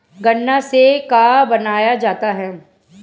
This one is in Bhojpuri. गान्ना से का बनाया जाता है?